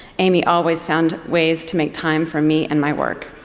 amy always found ways to make time for me and my work.